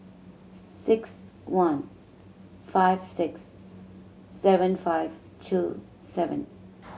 six one five six seven five two seven